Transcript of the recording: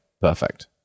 perfect